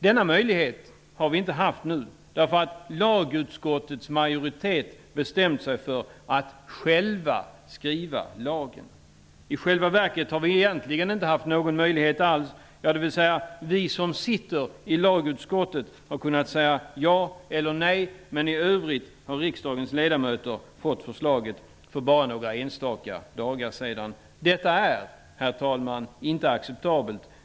Denna möjlighet har vi inte haft nu, därför att lagutskottets majoritet bestämt sig för att själv skriva lagen. I själva verket har vi inte haft någon möjlighet alls. Ja, vi som sitter i lagutskottet har kunnat säga ja eller nej, men i övrigt har riksdagens ledamöter fått förslaget för bara några enstaka dagar sedan. Detta är, herr talman, inte acceptabelt.